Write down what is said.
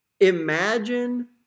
Imagine